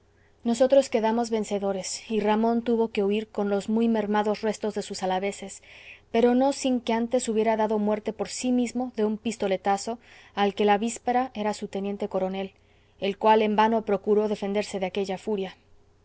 nosotros quedamos vencedores y ramón tuvo que huir con los muy mermados restos de sus alaveses pero no sin que antes hubiera dado muerte por sí mismo de un pistoletazo al que la víspera era su teniente coronel el cual en vano procuró defenderse de aquella furia